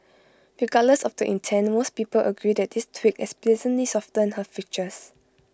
regardless of the intent most people agree that this tweak has pleasantly softened her features